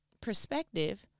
perspective